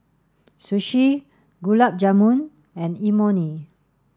Sushi Gulab Jamun and Imoni